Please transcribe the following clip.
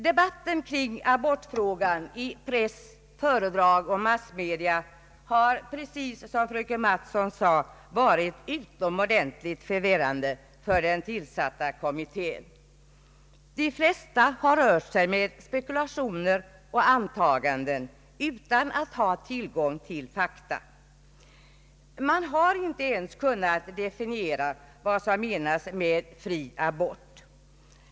Debatten kring abortfrågan i press, föredrag och massmedia har, precis som fröken Mattson sade, varit utomordentligt förvirrande för den tillsatta kommittén. De flesta som deltagit i denna har rört sig med spekulationer och antaganden utan att ha tillgång till fakta. Man har inte ens kunnat definiera vad som menas med fri abort.